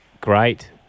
Great